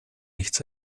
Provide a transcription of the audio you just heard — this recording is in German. nichts